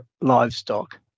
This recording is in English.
livestock